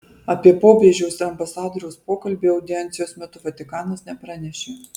apie popiežiaus ir ambasadoriaus pokalbį audiencijos metu vatikanas nepranešė